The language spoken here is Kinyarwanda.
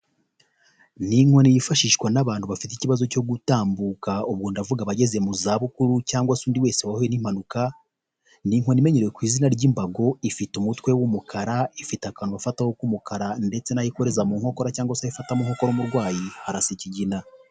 Ni inkono yifashishwa n'abantu bafite ikibazo cyo gutambuka ubwo ndavuga abageze mu za bukuru cyangwa se undi wese wahuye n'impanuka, ni inkoni imenyerewe ku izina ry'imbago ifite umutwe w'umukara, ifite akantu bafataho k'umukara ndetse n'aho ikoreza mu nkokora cyangwa se aho ifata mu nkokora umurwayi harasa ikigina.